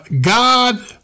God